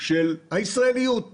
של הישראליוּת.